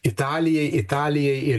italijai italijai ir